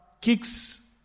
kicks